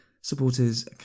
Supporters